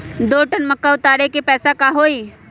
दो टन मक्का उतारे के पैसा का होई?